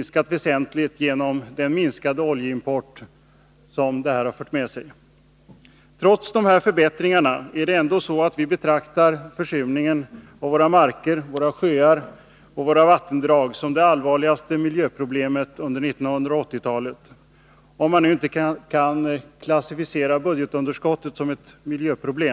gått ned väsentligt genom den sänkning av oljeimporten som denna utveckling medfört. Trots dessa förbättringar är det ändå så att vi betraktar försurningen av våra marker, våra sjöar och våra vattendrag som det allvarligaste miljöproblemet under 1980-talet — om man nu inte skall klassificera budgetunderskottet som ett miljöproblem.